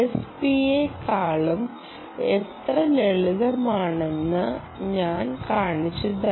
P യെക്കാളും എത്ര ലളിതമാണെന്ന് ഞാൻ കാണിച്ചുതരാം